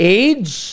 age